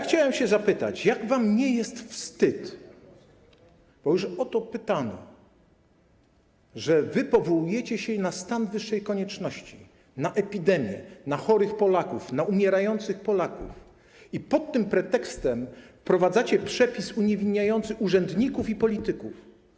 Chciałbym zapytać, jak wam nie jest wstyd, bo już o to pytamy, że wy powołujecie się na stan wyższej konieczności, na epidemię, na chorych Polaków, na umierających Polaków i pod tym pretekstem wprowadzacie przepis uniewinniający urzędników i polityków.